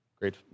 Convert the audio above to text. great